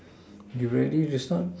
you ready to start